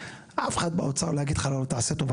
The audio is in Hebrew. אף אחד מהאוצר לא יגיד לך תעשה טובה,